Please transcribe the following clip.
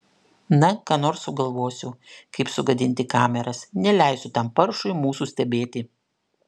na ką nors sugalvosiu kaip sugadinti kameras neleisiu tam paršui mūsų stebėti